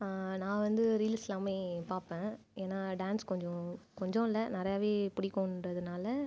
நான் வந்து ரீல்ஸ் எல்லாமே பார்ப்பன் ஏன்னால் டான்ஸ் கொஞ்சம் கொஞ்சம் இல்லை நிறையவே பிடிக்கும்ங்குறதுனால